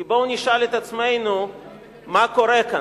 כי בואו נשאל את עצמנו מה קורה כאן,